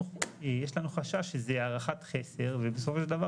יש לנו חשש שזה הערכת חסר ובסופו של דבר